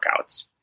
workouts